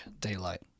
Daylight